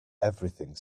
everything